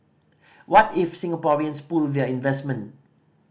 what if Singaporeans pull their investment